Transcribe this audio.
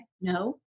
no